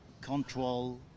control